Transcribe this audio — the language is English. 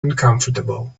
uncomfortable